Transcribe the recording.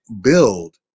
build